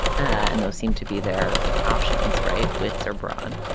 and those seem to be their options. right. with sobran.